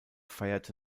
feierte